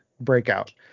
Breakout